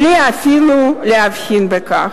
בלי אפילו להבחין בכך.